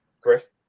chris